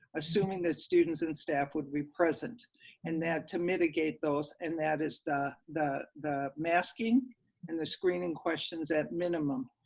assuming that students and staff would be present and that to mitigate those, and that is the the the masking and the screening questions at minimum.